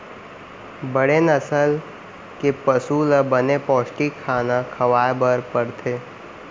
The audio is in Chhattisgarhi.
बड़े नसल के पसु ल बने पोस्टिक खाना खवाए बर परथे